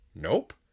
Nope